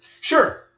sure